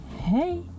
hey